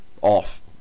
off